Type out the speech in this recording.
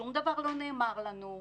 שום דבר לא נאמר לנו,